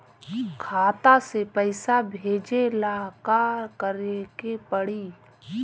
खाता से पैसा भेजे ला का करे के पड़ी?